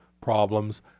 problems